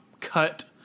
cut